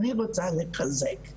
אני רוצה לחזק.